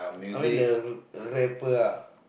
I mean the r~ rapper ah